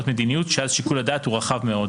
מדיניות שאז שיקול הדעת הוא רחב מאוד.